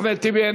אחמד טיבי,